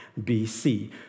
BC